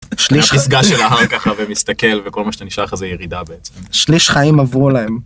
חסגה של המסתכל וכל מה שנשאר לך זה ירידה בעצם. שליש חיים עברו להם.